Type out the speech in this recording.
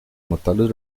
notables